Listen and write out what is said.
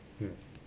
mm